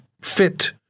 fit